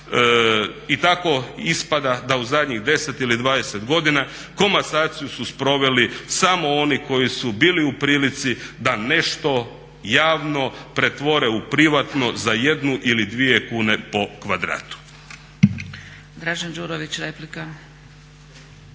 I tako ispada da u zadnjih 10 ili 20 godina komasaciju su sproveli samo oni koji su bili u prilici da nešto javno pretvore u privatno za 1 ili 2 kune po kvadratu.